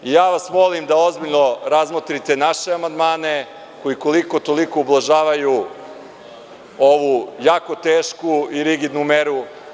Molim vas da ozbiljno razmotrite naše amandmane koji koliko-toliko ublažavaju ovu jako tešku i rigidnu meru.